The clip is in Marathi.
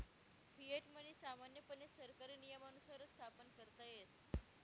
फिएट मनी सामान्यपणे सरकारी नियमानुसारच स्थापन करता येस